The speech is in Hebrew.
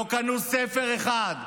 לא קנו ספר אחד.